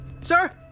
sir